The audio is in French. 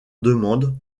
demande